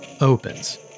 opens